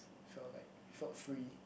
felt like felt free